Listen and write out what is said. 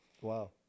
Wow